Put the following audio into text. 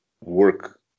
work